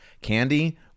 candy